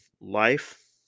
life